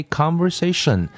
conversation